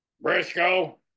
Briscoe